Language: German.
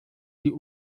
die